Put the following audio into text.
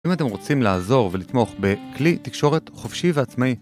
אם אתם רוצים לעזור ולתמוך בכלי תקשורת חופשי ועצמאי